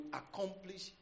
accomplish